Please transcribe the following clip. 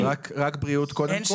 אז רק בריאות, קודם כל.